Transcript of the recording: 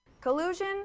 collusion